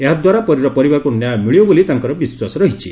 ଏହା ଦ୍ୱାରା ପରୀର ପରିବାରକୁ ନ୍ୟାୟ ମିଳିବ ବୋଲି ତାଙ୍କର ବିଶ୍ୱାସ ରହିଛି